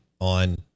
on